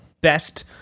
best